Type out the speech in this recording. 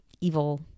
evil